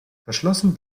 verschlossen